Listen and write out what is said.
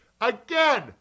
Again